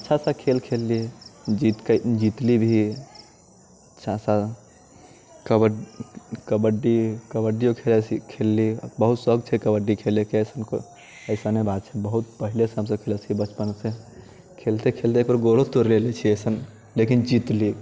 अच्छासँ खेल खेलली जीत कऽ जितली भी अच्छासँ कबड्ड कबड्डी कबड्डिओ खेलैत छी खेलली बहुत शौक छै कबड्डी खेलैके कोइ ऐसन न बात छै बहुत पहिनेसँ हमसभ खेलैत छियै बचपनसँ खेलिते खेलिते एक बेर गोरो तोड़ि लेने छियै ऐसन लेकिन जितली